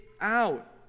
out